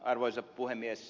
arvoisa puhemies